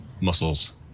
muscles